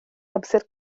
amser